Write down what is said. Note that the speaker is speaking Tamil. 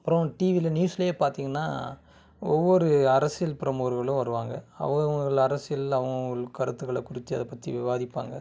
அப்புறம் டிவியில நியூஸ்ல பார்த்திங்கன்னா ஒவ்வொரு அரசியல் பிரமுகர்ளும் வருவாங்கள் அவுங்கவுங்கள் அரசியல் அவங்கவுங்கள் கருத்துக்களை கொடுத்து அதை பற்றி விவாதிப்பாங்கள்